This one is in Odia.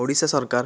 ଓଡ଼ିଶା ସରକାର